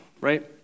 right